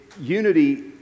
unity